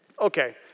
okay